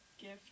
gift